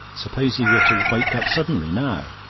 suppose he were to wake up suddenly, now!